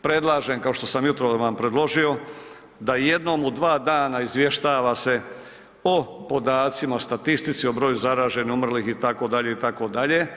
Predlažem, kao što sam ujutro vam predložio, da jednom u dva dana izvještava se o podacima, o statistici, o broju zaraženih, umrlih itd. itd.